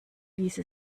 ließe